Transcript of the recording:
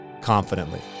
confidently